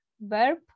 verb